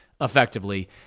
effectively